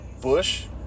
Bush